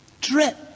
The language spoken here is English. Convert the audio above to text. drip